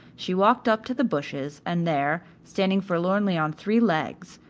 she walked up to the bushes, and there, standing forlornly on three legs,